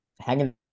hanging